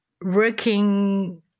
working